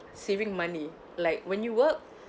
saving money like when you work